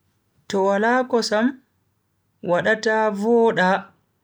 To wala kosam wadata voda.